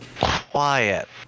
quiet